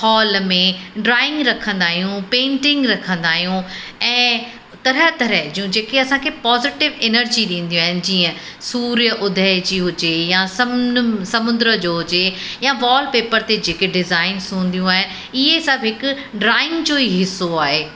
hall में drawing रखंदा आहियूं पेंटिंग रखंदा आहियूं ऐं तरह तरह जो जेके असांखे पॉज़िटव एनर्जी ॾींदियूं आहिनि जीअं सूर्यौदय जी हुजे या सम समुद्र जो हुजे या वॉलपेपर ते जेके डिज़ाइनिस हुंदियूं आहिनि इहे सभु हिकु ड्रॉइंग जो ई हिसो आहे